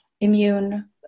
immune